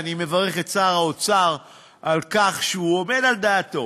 אני מברך את שר האוצר על כך שהוא עומד על דעתו